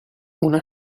una